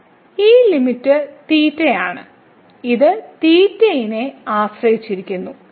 ഈ ലിമിറ്റ് ആണ് ഇത് നെ ആശ്രയിച്ചിരിക്കുന്നു